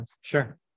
Sure